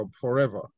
forever